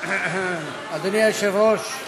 אדוני היושב-ראש,